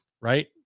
right